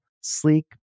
sleek